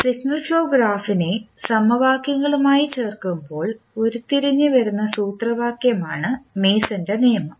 signal flow ഗ്രാഫിനെ സമവാക്യങ്ങളുമായി ചേർക്കുമ്പോൾ ഉരുത്തിരിഞ്ഞു വന്ന സൂത്രവാക്യം ആണ് മേസൻറെ നിയമം